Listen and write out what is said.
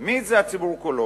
כי מי זה "הציבור כולו"?